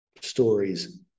stories